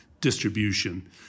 distribution